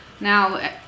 Now